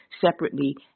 separately